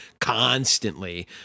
constantly